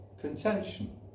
contention